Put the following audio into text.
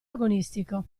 agonistico